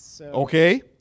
Okay